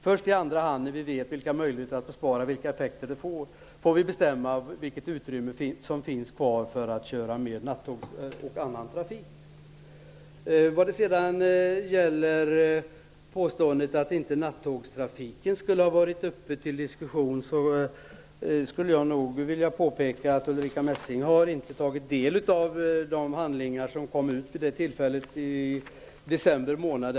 Först då vi vet vilka effekter olika besparingar får kan vi bestämma vilket utrymme som finns kvar för nattågs och annan trafik. Ulrica Messing påstår att nattågstrafiken inte skulle ha varit uppe till diskussion tidigare. Jag skulle då vilja påpeka att Ulrica Messing inte har tagit del av de handlingar som togs fram vid det tillfället i december månad.